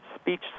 Speech